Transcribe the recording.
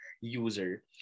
user